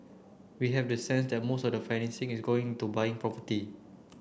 we have the sense that most of the financing is going into buying property